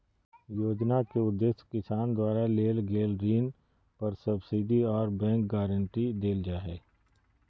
योजना के उदेश्य किसान द्वारा लेल गेल ऋण पर सब्सिडी आर बैंक गारंटी देल जा हई